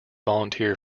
volunteer